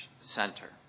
center